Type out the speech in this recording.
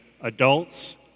adults